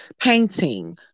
painting